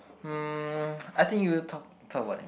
mm I think you will talk talk about that